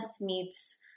meets